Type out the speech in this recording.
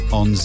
on